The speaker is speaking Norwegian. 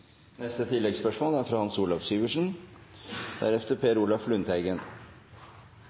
neste hovedspørsmål, som er fra Per Olaf Lunsteigen. Mens Lundteigen